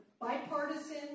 Bipartisan